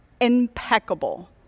impeccable